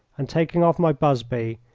and taking off my busby,